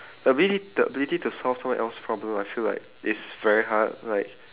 the abili~ the ability to solve someone else's problem I feel like is very hard like